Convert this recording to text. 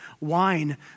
wine